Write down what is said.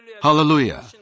Hallelujah